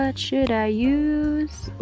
ah should i use?